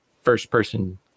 first-person